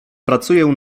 pracuję